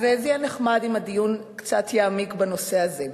אז זה יהיה נחמד אם הדיון קצת יעמיק בנושא הזה.